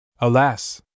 Alas